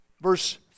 Verse